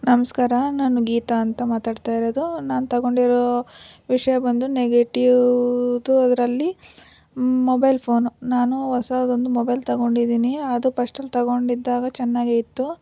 ನಮಸ್ಕಾರ ನಾನು ಗೀತಾ ಅಂತ ಮಾತಾಡ್ತಾ ಇರೋದು ನಾನು ತಗೊಂಡಿರೋ ವಿಷಯ ಬಂದು ನೆಗೆಟಿವ್ದು ಅದರಲ್ಲಿ ಮೊಬೈಲ್ ಫೋನು ನಾನು ಹೊಸದೊಂದು ಮೊಬೈಲ್ ತಗೊಂಡಿದ್ದೀನಿ ಅದು ಫಸ್ಟಲ್ಲಿ ತಗೊಂಡಿದ್ದಾಗ ಚೆನ್ನಾಗೇ ಇತ್ತು